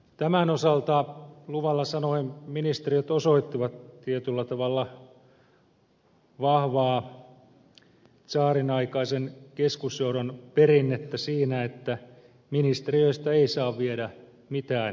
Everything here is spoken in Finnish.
tämän osalta luvalla sanoen ministeriöt osoittavat tietyllä tavalla vahvaa tsaarinaikaisen keskusjohdon perinnettä siinä että ministeriöistä ei saa viedä mitään pois